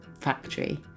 factory